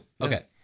Okay